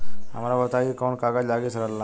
हमरा बताई कि कौन कागज लागी ऋण ला?